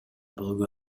болгон